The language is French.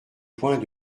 point